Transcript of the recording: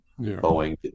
Boeing